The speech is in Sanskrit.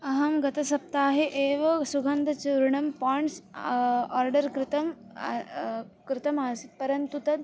अहं गतसप्ताहे एव सुगन्धचूर्णं पाण्ड्स् आर्डर् कृतं कृतम् आसीत् परन्तु तद्